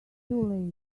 too